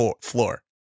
floor